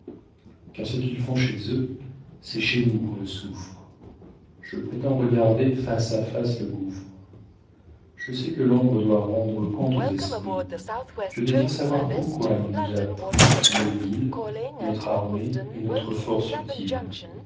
car ce qu'ils font chez eux c'est chez nous qu'on le souffre je prétends regarder face à face le gouffre je sais que l'ombre doit rendre compte aux esprits je désire savoir pourquoi l'on nous a pris nos villes notre armée et notre force utile